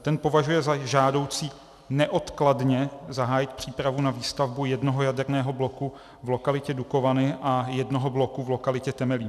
Ten považuje za žádoucí neodkladně zahájit přípravu na výstavbu jednoho jaderného bloku v lokalitě Dukovany a jednoho bloku v lokalitě Temelín.